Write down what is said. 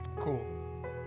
Cool